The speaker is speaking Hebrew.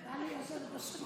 איפה נשים אותן?